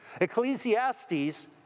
Ecclesiastes